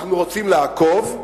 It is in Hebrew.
אנחנו רוצים לעקוב,